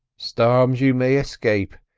storms you may escape,